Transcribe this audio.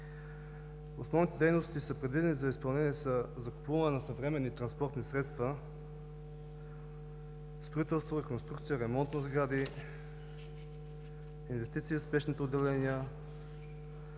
Основните дейности, предвидени за изпълнение, са за купуване на съвременни транспортни средства, строителство, реконструкция, ремонт на сгради, инвестиции в спешните отделения.